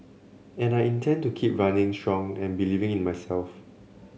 and I intend to keep running strong and believing in myself